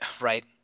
Right